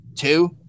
two